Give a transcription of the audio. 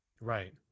Right